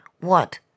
What